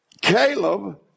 Caleb